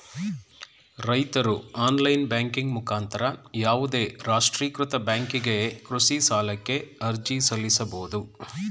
ರೈತ್ರು online banking ಮುಖಾಂತರ ಯಾವುದೇ ರಾಷ್ಟ್ರೀಕೃತ ಬ್ಯಾಂಕಿಗೆ ಕೃಷಿ ಸಾಲಕ್ಕೆ ಅರ್ಜಿ ಸಲ್ಲಿಸಬೋದು